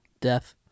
death